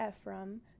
Ephraim